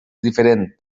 diferent